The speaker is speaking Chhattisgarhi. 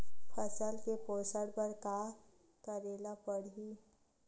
फसल के पोषण बर का करेला पढ़ही?